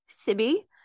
Sibby